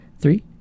three